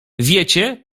wiecie